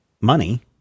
money